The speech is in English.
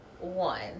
One